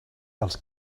dels